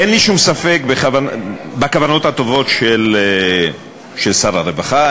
אין לי שום ספק בכוונות הטובות של שר הרווחה,